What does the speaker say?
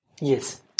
Yes